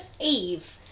Eve